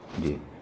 جی